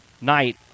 night